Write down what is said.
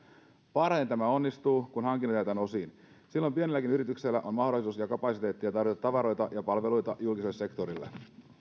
parhaiten tämä onnistuu kun hankinnat jaetaan osiin silloin pienelläkin yrityksellä on mahdollisuus ja kapasiteettia tarjota tavaroita ja palveluita julkiselle sektorille